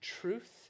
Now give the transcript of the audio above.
truth